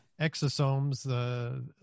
exosomes